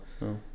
no